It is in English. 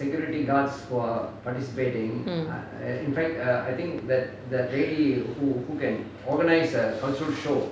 mm